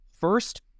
first